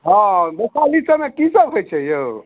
हँ गाँव पाली सभमे की सभ होइत छै यौ